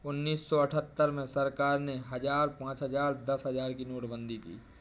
उन्नीस सौ अठहत्तर में सरकार ने हजार, पांच हजार, दस हजार की नोटबंदी की